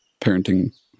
parenting